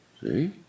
See